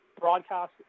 broadcast